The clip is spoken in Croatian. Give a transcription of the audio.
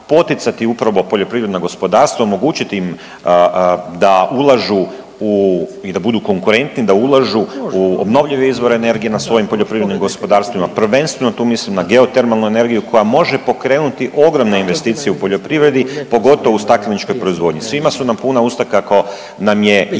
poticati upravo poljoprivredna gospodarstva, omogućiti im da ulažu i da budu konkurentni da ulažu u obnovljive izvore energije na svojim poljoprivrednim gospodarstvima prvenstveno tu mislim na geotermalnu energiju koja može pokrenuti ogromne investicije u poljoprivredi pogotovo u stakleničkoj proizvodnji. Svima su nam puna usta kako nam je jako